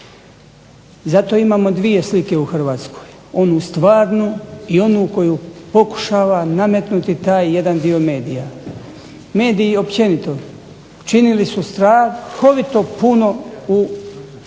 zato imamo dvije slike u hrvatskoj, onu stvarnu i onu koju pokušava nametnuti taj jedan dio medija. Mediji općenito činili su strahovito puno u napretku